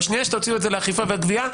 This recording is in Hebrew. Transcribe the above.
בשנייה שתוציאו את זה לאכיפה והגבייה,